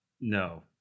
No